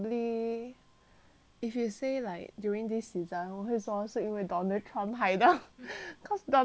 if you say like during this season 我会说是因为 donald trump 害的 cause donald trump fucking dumb